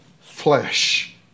flesh